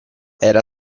era